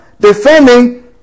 defending